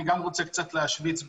וברשותכם אני רוצה קצת להשוויץ.